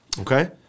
okay